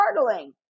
startling